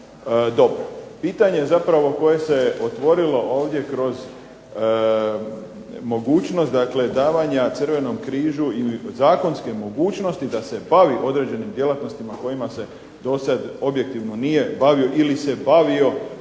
dobro. Pitanje zapravo koje se otvorilo ovdje kroz mogućnost dakle davanja Crvenom križu ili zakonske mogućnosti da se bavi određenim djelatnostima kojima se dosad objektivno nije bavio ili se bavio,